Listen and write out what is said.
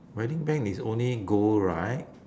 wedding band is only gold right